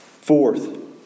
Fourth